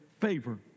favor